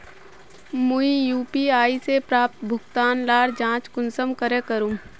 मुई यु.पी.आई से प्राप्त भुगतान लार जाँच कुंसम करे करूम?